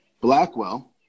Blackwell